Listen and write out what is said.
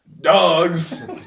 Dogs